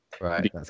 Right